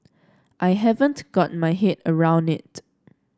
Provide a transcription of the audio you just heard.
I haven't got my head around it